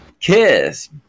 KISS